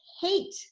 hate